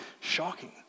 shocking